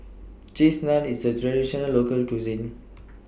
Cheese Naan IS A Traditional Local Cuisine